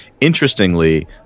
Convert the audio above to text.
Interestingly